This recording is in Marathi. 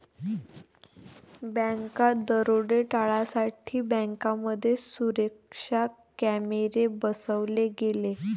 बँकात दरोडे टाळण्यासाठी बँकांमध्ये सुरक्षा कॅमेरे बसवले गेले